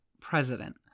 president